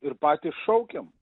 ir patys šaukiam